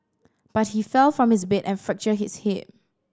but he fell from his bed and fractured his hip